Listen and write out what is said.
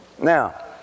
Now